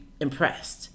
impressed